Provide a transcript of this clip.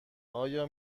آیا